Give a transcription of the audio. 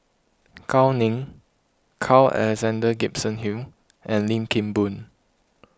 Gao Ning Carl Alexander Gibson Hill and Lim Kim Boon